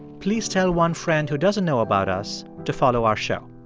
please tell one friend who doesn't know about us to follow our show.